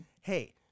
Hey